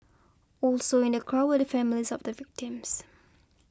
also in the crowd were the families of the victims